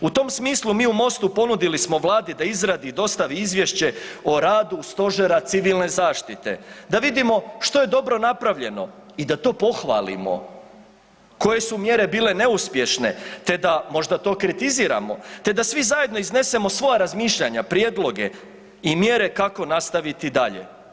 U tom smislu mi u MOST-u ponudili smo vladi da izradi i dostavi izvješće o radu stožera civilne zaštite, da vidimo što je dobro napravljeno i da to pohvalimo, koje su mjere bile neuspješno, te da možda to kritiziramo, te da svi zajedno iznesemo svoja razmišljanja, prijedloge i mjere kako nastaviti dalje.